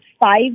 five